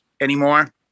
anymore